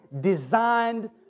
designed